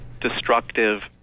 destructive